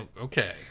Okay